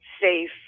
safe